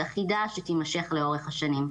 אחידה, שתימשך לאורך השנים.